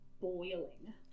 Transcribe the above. boiling